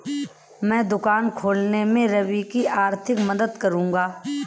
मैं दुकान खोलने में रवि की आर्थिक मदद करूंगा